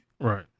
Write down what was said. Right